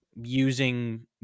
using